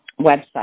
website